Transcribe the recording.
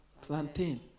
plantain